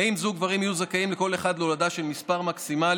האם זוג גברים יהיו זכאים כל אחד להולדה של מספר מקסימלי